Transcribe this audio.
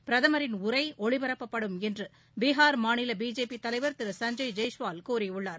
பிரதமரின் உரை ஒளிபரப்பப்படும் என்று பீகார் மாநில பிஜேபி தலைவர் திரு சஞ்ஜய் ஜெய்ஸ்வால் கூறியுள்ளார்